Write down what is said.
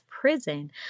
prison